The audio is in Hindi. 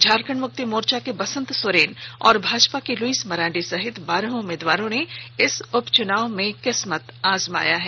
झारखंड मुक्ति मोर्चा के बसंत सोरेन और भाजपा की लुइस मरांडी सहित बारह उम्मीदवारों ने इस उपचुनाव में किस्मत आजमाया है